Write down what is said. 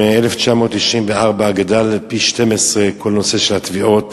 מ-1994 גדל פי-12 כל הנושא של התביעות